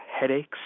headaches